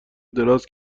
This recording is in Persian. دراز